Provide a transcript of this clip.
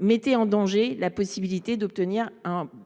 mettez en danger la possibilité même d’obtenir un accord